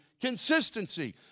consistency